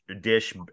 dish